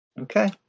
okay